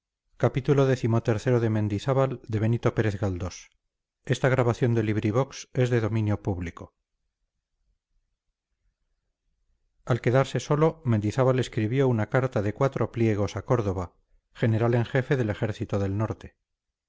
al quedarse solo mendizábal escribió una carta de cuatro pliegos a córdoba general en jefe del ejército del norte